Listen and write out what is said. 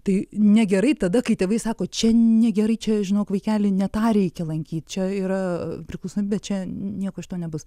tai negerai tada kai tėvai sako čia negerai čia žinok vaikeli ne tą reikia lankyt čia yra priklausomybė čia nieko iš to nebus